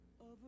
over